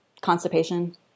constipation